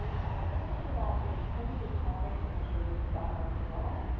just to provide a bit of clinical context in which these guidelines are derived,